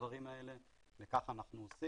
אנחנו רק יכולים להציף את הדברים האלה וכך אנחנו עושים.